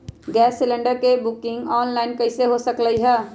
Gas cylinder के booking online कईसे हो सकलई ह?